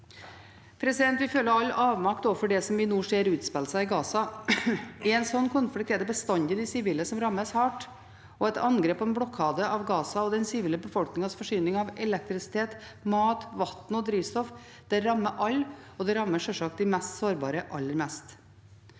Vi føler alle avmakt overfor det vi nå ser utspille seg i Gaza. I en slik konflikt er det bestandig de sivile som rammes hardt. Et angrep og en blokade av Gaza og den sivile befolkningens forsyning av elektrisitet, mat, vann og drivstoff rammer alle, og det rammer sjølsagt de mest sårbare aller mest.